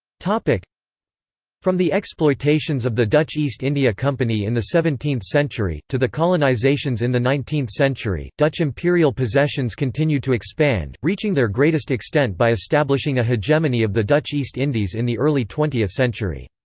like from the exploitations of the dutch east india company in the seventeenth century, to the colonisations in the nineteenth century, dutch imperial possessions continued to expand, reaching their greatest extent by establishing a hegemony of the dutch east indies in the early twentieth century.